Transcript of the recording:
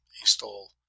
install